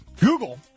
Google